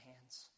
hands